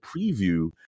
preview